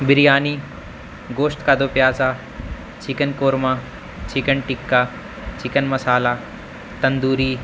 بریانی گوشت کا do pyaza chicken korma chicken tikka chicken masala tandoori